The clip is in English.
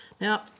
now